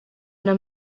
una